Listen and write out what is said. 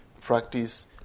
practice